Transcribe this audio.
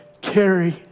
carry